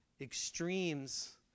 extremes